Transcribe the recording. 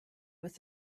with